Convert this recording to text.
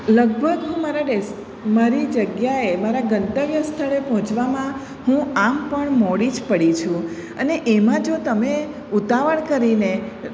લગભગ હું મારા ડેસ્ટિ મારી જગ્યાએ મારા ગંતવ્ય સ્થળે પહોંચવામાં હું આમ પણ મોડી જ પડી છું અને એમાં જો તમે ઉતાવળ કરીને